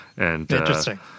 Interesting